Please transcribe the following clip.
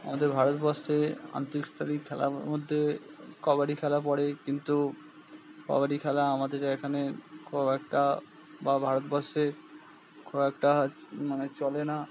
আমাদের ভারতবর্ষে খেলার মধ্যে কবাডি খেলা পড়ে কিন্তু কবাডি খেলা আমাদের এখানে খুব একটা বা ভারতবর্ষে খুব একটা মানে চলে না